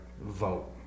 vote